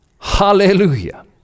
hallelujah